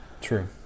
True